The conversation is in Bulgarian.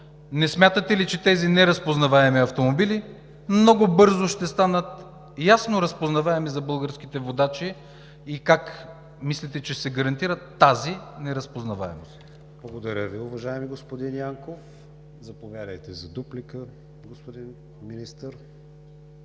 не смятате ли, че тези неразпознаваеми автомобили много бързо ще станат ясно разпознаваеми за българските водачи и как мислите, че ще се гарантира тази неразпознаваемост? ПРЕДСЕДАТЕЛ КРИСТИАН ВИГЕНИН: Благодаря Ви, уважаеми господин Янков. Заповядайте за дуплика, господин Министър.